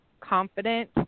confident